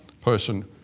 person